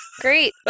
Great